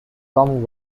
tom